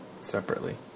separately